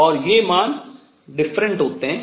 और ये मान भिन्न होते हैं